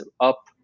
up